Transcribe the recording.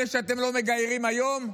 אלה שאתם לא מגיירים היום?